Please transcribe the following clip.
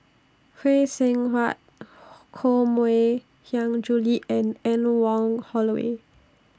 Phay Seng Whatt Koh Mui Hiang Julie and Anne Wong Holloway